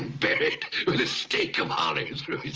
buried with a steak of olives through his